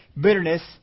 Bitterness